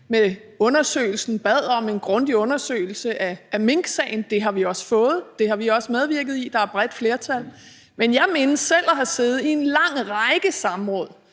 meget ud af. De bad om en grundig undersøgelse af minksagen. Det har vi også fået. Det har vi også medvirket i. Der er et bredt flertal. Men jeg mindes selv at have siddet i en lang række samråd